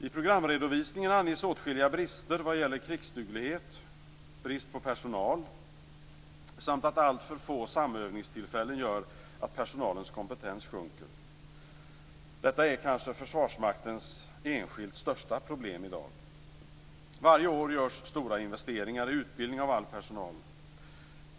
I programredovisningen anges åtskilliga brister vad gäller krigsduglighet, brist på personal samt att alltför få samövningstillfällen gör att personalens kompetens sjunker. Detta är kanske Försvarsmaktens enskilt största problem i dag. Varje år görs stora investeringar i utbildning av all personal.